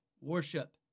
worship